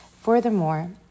Furthermore